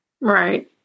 right